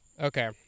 okay